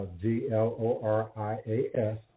G-L-O-R-I-A-S